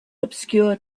obscure